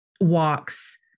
walks